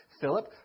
Philip